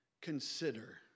consider